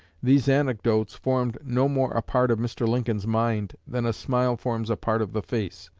these anecdotes formed no more a part of mr. lincoln's mind than a smile forms a part of the face.